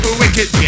wicked